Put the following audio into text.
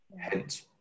Hence